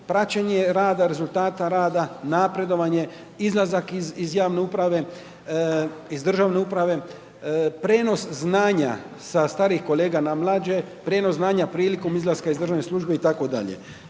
praćenje rada, rezultata rada, napredovanje, izlazak iz javne uprave iz državne uprave, prijenos znanja sa starijih kolega na mlađe, prijenos znanja prilikom izlaska iz državne službe itd.